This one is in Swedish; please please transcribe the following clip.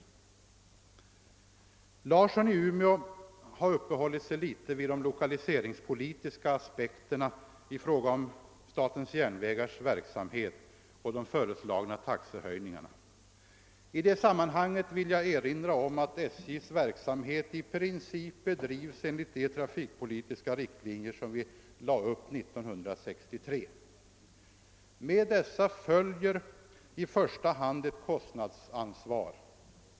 Herr Larsson i Umeå uppehöll sig litet vid de lokaliseringspolitiska aspekterna när det gäller statens järnvägars verksamhet och de föreslagna taxehöjningarna. I det sammanhanget vill jag erinra om att SJ:s verksamhet i princip bedrivs enligt de trafikpolitiska riktlinjer som riksdagen drog upp 1963. Därmed följer i första hand ett kostnadsansvar.